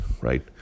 Right